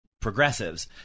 progressives